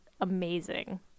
amazing